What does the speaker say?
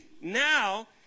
Now